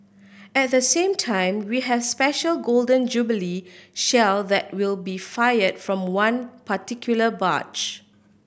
at the same time we has special Golden Jubilee Shell that will be fired from one particular barge